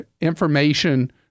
information